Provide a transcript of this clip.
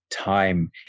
time